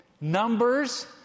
Numbers